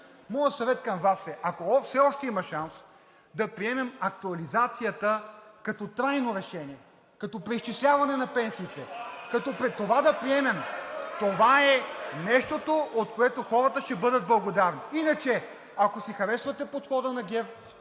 моят съвет към Вас е, ако все още има шанс да приемам актуализацията като трайно решение, като преизчисляване на пенсиите, това да приемем. (Шум и реплики.) Това е нещото, от което хората ще бъдат благодарни. Иначе, ако си харесвате подхода на ГЕРБ